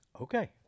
Okay